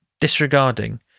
disregarding